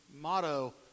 motto